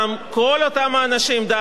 היית מביאה אותם בגיוס.